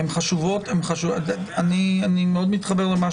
מי שמעוניין, זה יכול להיות כלי מידע